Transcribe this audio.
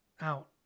out